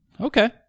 Okay